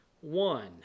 one